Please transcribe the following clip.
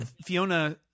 Fiona